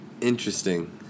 Interesting